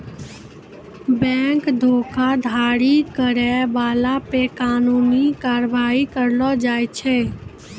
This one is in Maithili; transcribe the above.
बैंक धोखाधड़ी करै बाला पे कानूनी कारबाइ करलो जाय छै